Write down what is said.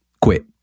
quit